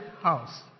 house